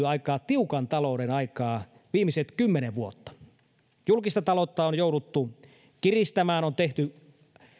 aika tiukan talouden aikaa viimeiset kymmenen vuotta julkista taloutta on jouduttu kiristämään ja on tehty